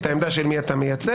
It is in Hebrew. את העמדה של מי אתה מייצג.